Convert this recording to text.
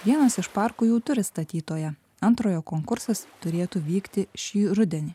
vienas iš parkų jau turi statytoją antrojo konkursas turėtų vykti šį rudenį